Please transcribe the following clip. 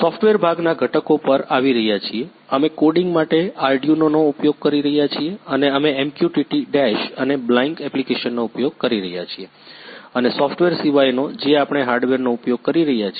software ભાગના ઘટકો પર આવી રહ્યા છીએ અમે કોડિંગ માટે આર્ડ્યુંનો નો ઉપયોગ કરી રહ્યા છીએ અને અમે MQTT ડેશ અને બ્લાઇંક એપ્લિકેશનોનો ઉપયોગ કરી રહ્યા છીએ અને સોફ્ટવેર સિવાયનો જે આપણે હાર્ડવેરનો ઉપયોગ કરી રહ્યા છીએ